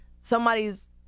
somebody's